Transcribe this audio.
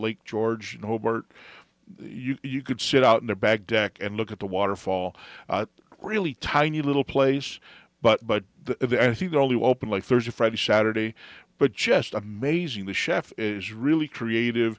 lake george in hobart you could sit out in the back deck and look at the waterfall really tiny little place but but then i think the only one open like thursday friday saturday but just amazing the chef is really creative